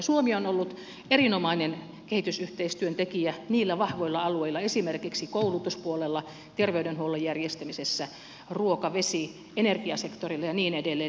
suomi on ollut erinomainen kehitysyhteistyön tekijä niillä vahvoilla alueilla esimerkiksi koulutuspuolella terveydenhuollon järjestämisessä ruoka vesi ja energiasektorilla ja niin edelleen